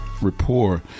rapport